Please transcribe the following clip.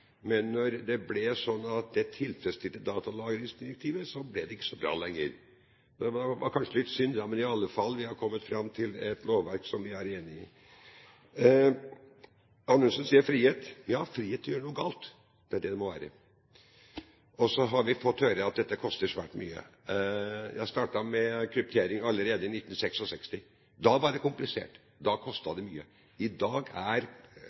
men når det tilfredsstilte datalagringsdirektivet, ble det ikke så bra lenger. Så det var kanskje litt synd. Men vi har i alle fall kommet fram til et lovverk som vi er enig i. Anundsen sier frihet. Ja, frihet til å gjøre noe galt, det er det det må være. Og så har vi fått høre at dette koster svært mye. Jeg startet med kryptering allerede i 1966. Da var det komplisert, da kostet det mye. I dag er